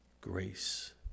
Grace